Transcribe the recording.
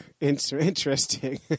Interesting